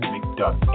McDuck